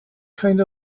kind